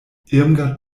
irmgard